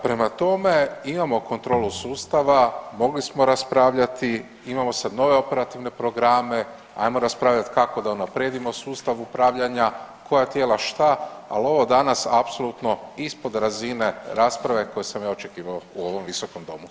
Prema tome, imamo kontrolu sustava, mogli smo raspravljati, imamo sad nove operativne programe, ajmo raspravljati kako da unaprijedimo sustav upravljanja, koja tijela šta, al ovo danas apsolutno ispod razine rasprave koju sam ja očekivao u ovom visokom domu.